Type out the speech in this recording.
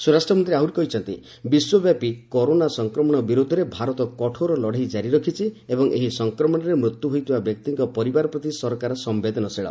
ସ୍ୱରାଷ୍ଟ୍ରମନ୍ତ୍ରୀ କହିଛନ୍ତି ବିଶ୍ୱବ୍ୟାପୀ କରୋନା ସଂକ୍ରମଣ ବିରୋଧରେ ଭାରତ କଠୋର ଲଡେଇ ଜାରି ରଖିଛି ଏବଂ ଏହି ସଂକ୍ରମଣରେ ମୃତ୍ୟୁ ହୋଇଥିବା ବ୍ୟକ୍ତିଙ୍କ ପରିବାର ପ୍ରତି ସରକାର ସମ୍ଭେଦନଶୀଳ